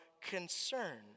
concern